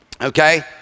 Okay